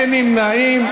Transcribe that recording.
אין נמנעים.